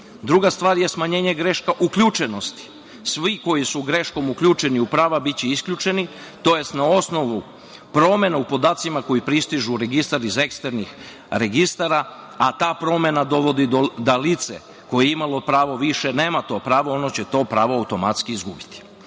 stvar je smanjenje greška uključenosti. Svi koji su greškom uključeni u prava biće isključeni, tj. na osnovu promena u podacima koji pristižu u Registar iz eksternih registara, a ta promena dovodi da lice koje je imalo pravo više nama to pravo, ono će to pravo automatski izgubiti. Kako